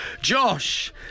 Josh